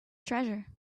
treasure